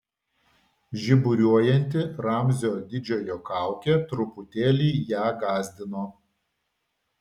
žiburiuojanti ramzio didžiojo kaukė truputėlį ją gąsdino